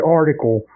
article